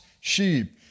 sheep